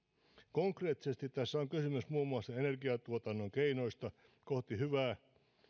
konkreettisesti tässä on kysymys muun muassa energiantuotannon keinoista kohti hyvää